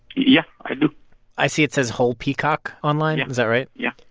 yeah, i do i see it says whole peacock online. is that right? yeah,